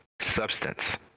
substance